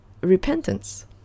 repentance